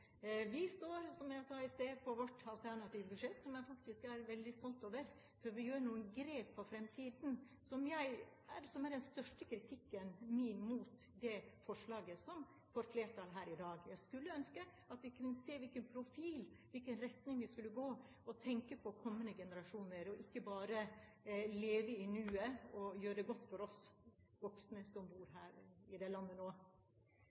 Vi står, som jeg sa i stad, på vårt alternative budsjett, som jeg faktisk er veldig stolt over, for vi gjør noen grep for fremtiden. Den største kritikken min mot det forslaget som får flertall her i dag, gjelder fremtiden. Jeg skulle ønske at vi kunne se hvilken profil vi skal ha, i hvilken retning vi skal gå, og at vi kunne tenke på kommende generasjoner, ikke bare leve i nuet og gjøre det godt for oss voksne som bor her i dette landet nå.